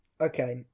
Okay